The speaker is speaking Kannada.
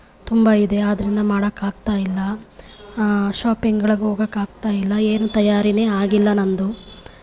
ತುಂಬ ಇದೆ ಆದ್ದರಿಂದ ಮಾಡೋಕೆ ಆಗ್ತಾಯಿಲ್ಲ ಶಾಪಿಂಗ್ಗಳಿಗೆ ಹೋಗೋಕೆ ಆಗ್ತಾಯಿಲ್ಲ ಏನು ತಯಾರಿಯೇ ಆಗಿಲ್ಲ ನನ್ನದು